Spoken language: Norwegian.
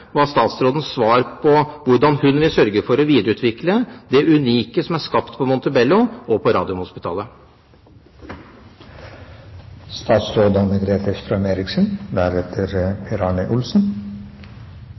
statsrådens svar på hvordan hun vil sørge for å videreutvikle det unike som er skapt på Montebello og på